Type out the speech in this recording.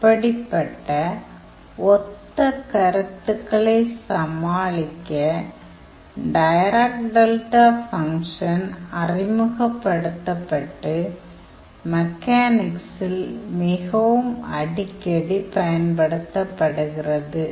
அப்படிப்பட்ட ஒத்த கருத்துக்களை சமாளிக்க டைராக் டெல்டா ஃபங்க்ஷன் அறிமுகப்படுத்தப்பட்டு மெக்கானிக்சில் மிகவும் அடிக்கடி பயன்படுத்தப்படுகிறது